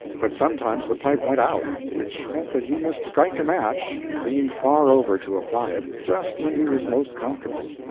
but sometimes the pipe went out, which meant that he must strike a match and lean far over to apply it, just when he was most comfortable.